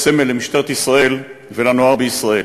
סמל למשטרת ישראל ולנוער בישראל.